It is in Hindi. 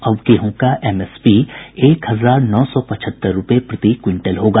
अब गेहूं का एमएसपी एक हजार नौ सौ पचहत्तर रुपये प्रति क्विंटल होगा